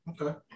Okay